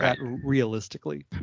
Realistically